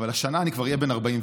אבל השנה אני כבר אהיה בן 44,